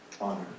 honor